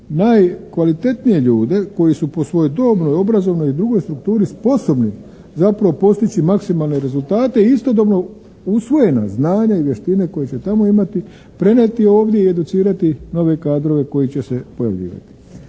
najkvalitetnije ljude koji su po svojoj dobnoj, obrazovnoj i drugoj strukturi sposobni zapravo postići maksimalne rezultate i istodobno usvojena znanje i vještine koje će tamo imati prenijeti ovdje i educirati nove kadrove koji će se pojavljivati.